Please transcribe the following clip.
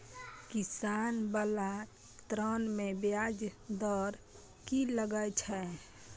किसान बाला ऋण में ब्याज दर कि लागै छै?